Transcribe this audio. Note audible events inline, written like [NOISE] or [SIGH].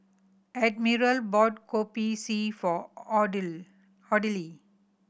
Admiral bought Kopi C for [UNINTELLIGIBLE] Audley